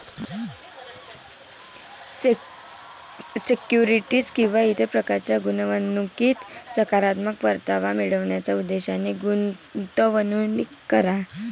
securities किंवा इतर प्रकारच्या गुंतवणुकीत सकारात्मक परतावा मिळवण्याच्या उद्देशाने गुंतवणूक करा